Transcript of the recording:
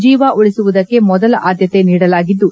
ಜೀವ ಉಳಿಸುವದಕ್ಕೆ ಮೊದಲ ಆದ್ದತೆ ನೀಡಲಾಗಿದ್ದು